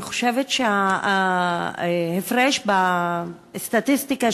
אני חושבת שההפרש בסטטיסטיקה,